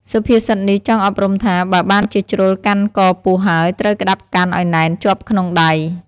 សុភាសិតនេះចង់អប់រំថា បើបានជាជ្រុលកាន់កពស់ហើយ ត្រូវក្ដាប់កាន់ឲ្យណែនជាប់ក្នុងដៃ ។